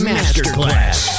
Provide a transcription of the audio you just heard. Masterclass